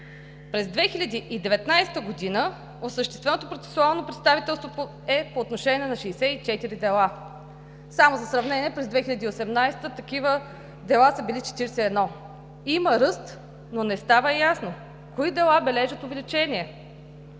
През 2019 г. осъщественото процесуално представителство е по отношение на 64 дела. Само за сравнение, през 2018 г. такива дела са били 41. Има ръст, но не става ясно кои дела бележат увеличение.